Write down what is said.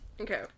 Okay